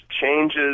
changes